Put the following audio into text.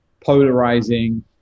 polarizing